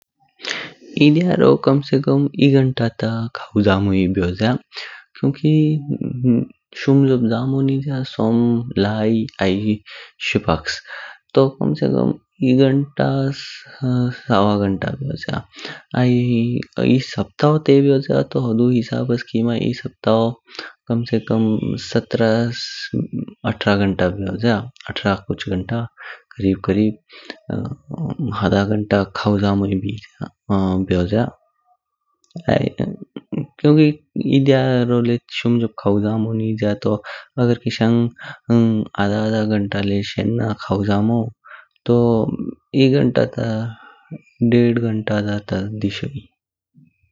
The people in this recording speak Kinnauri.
एह ध्यारो ता कम से कम एह घंटा खावू जमो बेजोजा क्योंकि शुम जॉब जमो निज्या सोम, लाई, आई शुपक्श तू कम से कम एह घंटास सस सवा घंटा बेजोजा। आई एह साप्ताहो ते बेजोजा होदू हिसब्स खिमा एह साप्ताहो खिमा सत्रह अठरह घंटा बेजोजा। अठरह कुछ घंटा करीब करीब। हड़ा घंटा खावू जमू ही बेजोजा। क्योंकि एह ध्यारो ल्य शुम जॉब खु जमो निज्या तू अगर किसांघ आधा आधा घंटा ल्य शेना खावू जमो दो ल्य एह घंटा दा ता डेढ़ घंटा दा ता डिसोही।